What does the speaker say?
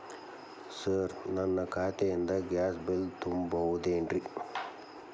Sir ನನ್ನ ಖಾತೆಯಿಂದ gas bill ತುಂಬಹುದೇನ್ರಿ?